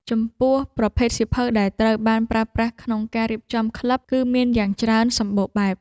ចំពោះ ប្រភេទសៀវភៅដែលត្រូវបានប្រើប្រាស់ក្នុងការរៀបចំក្លឹប គឺមានយ៉ាងច្រើនសម្បូរបែប។